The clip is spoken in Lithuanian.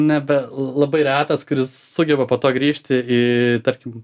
nebe labai retas kuris sugeba po to grįžti į tarkim